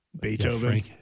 Beethoven